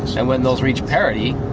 and when those reach parity,